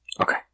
Okay